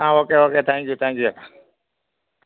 ആ okay okay thank you thank you